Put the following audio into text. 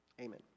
Amen